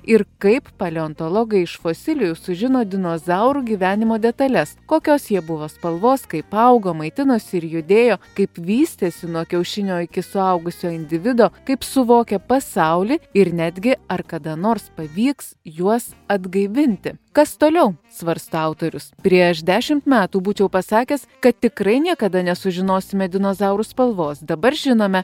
ir kaip paleontologai iš fosilijų sužino dinozaurų gyvenimo detales kokios jie buvo spalvos kaip augo maitinosi ir judėjo kaip vystėsi nuo kiaušinio iki suaugusio individo kaip suvokia pasaulį ir netgi ar kada nors pavyks juos atgaivinti kas toliau svarsto autorius prieš dešim metų būčiau pasakęs kad tikrai niekada nesužinosime dinozaurų spalvos dabar žinome